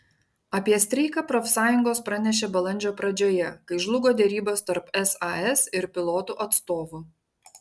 apie streiką profsąjungos pranešė balandžio pradžioje kai žlugo derybos tarp sas ir pilotų atstovų